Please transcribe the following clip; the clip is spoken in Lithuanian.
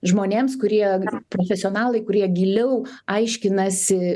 žmonėms kurie profesionalai kurie giliau aiškinasi